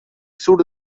sur